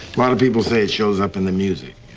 lot of people say it shows up in the music,